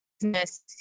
business